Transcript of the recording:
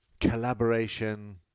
collaboration